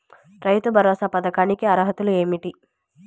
రైతు భరోసా పథకానికి అర్హతలు ఏమిటీ?